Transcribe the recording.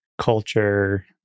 culture